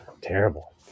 Terrible